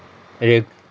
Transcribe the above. exactl~